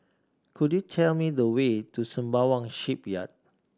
could you tell me the way to Sembawang Shipyard